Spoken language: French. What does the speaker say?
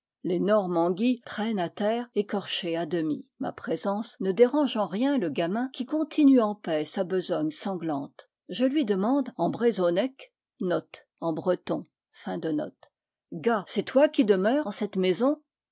l'énorme anguille traîne à terre écorchée à demi ma pré sence ne dérange en rien le gamin qui continue en paix sa besogne sanglante je lui demande en a c est toi qui demeures en cette maison